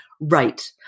right